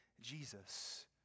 Jesus